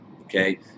okay